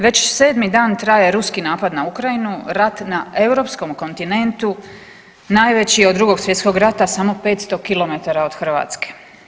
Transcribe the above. Već sedmi dan traje ruski napad na Ukrajinu, rat na Europskom kontinentu najveći je od II. svjetskog rata samo 500 km od Hrvatske.